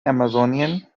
amazonian